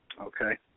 okay